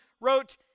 wrote